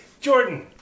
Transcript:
Jordan